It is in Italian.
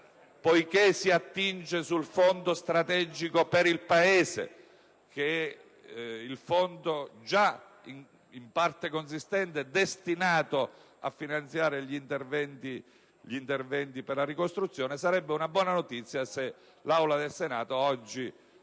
poiché si attinge al Fondo strategico per il Paese che in parte consistente è già destinato a finanziare gli interventi per la ricostruzione. Sarebbe una buona notizia se l'Aula del Senato